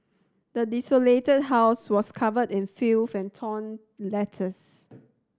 the desolated house was covered in filth and torn letters